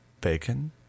Bacon